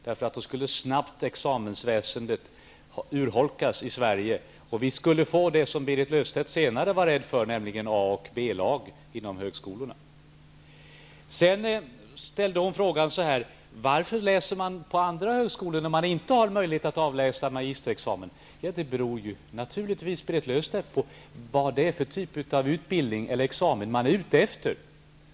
Då skulle snabbt examensväsendet urholkas i Sverige, och vi skulle få det som Berit Löfstedt senare var rädd för, nämligen A och B-lag inom högskolorna. Sedan ställde Berit Löfstedt frågan: Varför läser man på andra högskolor, där man inte har möjlighet att avlägga magisterexamen? Det beror naturligtvis på, Berit Löfstedt, vilken typ av utbildning eller examen man är ute efter.